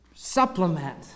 supplement